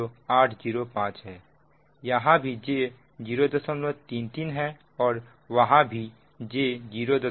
यहां भी j 033 है और वहां भी j 033